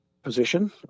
position